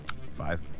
Five